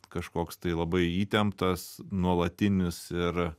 kažkoks tai labai įtemptas nuolatinis ir